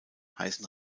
heißen